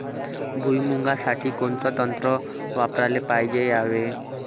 भुइमुगा साठी कोनचं तंत्र वापराले पायजे यावे?